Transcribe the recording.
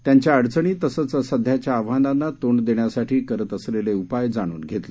त्यांच्या अडचणी तसंच सध्याच्या आव्हानांना तोंड देण्यासाठी करत असलेले उपाय जाणून घेतले